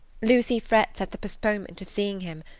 lucy frets at the postponement of seeing him,